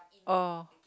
oh